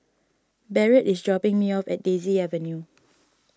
Barrett is dropping me off at Daisy Avenue